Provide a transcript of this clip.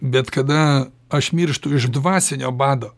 bet kada aš mirštu iš dvasinio bado